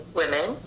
women